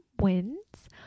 wins